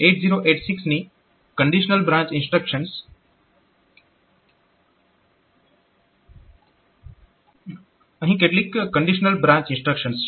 અહીં 8086 ની બ્રાન્ચ ઇન્સ્ટ્રક્શન્સમાં કેટલીક કંડીશનલ બ્રાન્ચ ઇન્સ્ટ્રક્શન્સ છે